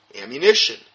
ammunition